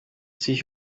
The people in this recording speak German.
sich